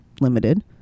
limited